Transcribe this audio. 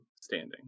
standing